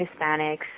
Hispanics